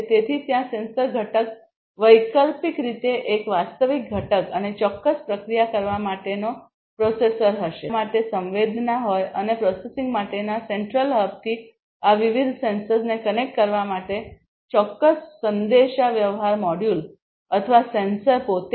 તેથી ત્યાં સેન્સર ઘટક વૈકલ્પિક રીતે એક વાસ્તવિક ઘટક અને ચોક્કસ પ્રક્રિયા કરવા માટેનો પ્રોસેસર હશે ભલે તે ડેટા માટે સંવેદના હોય અને પ્રોસેસિંગ માટેના સેન્ટ્રલ હબથી આ વિવિધ સેન્સર્સને કનેક્ટ કરવા માટે ચોક્કસ સંદેશાવ્યવહાર મોડ્યુલ અથવા સેન્સર પોતે જ